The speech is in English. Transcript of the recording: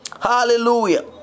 Hallelujah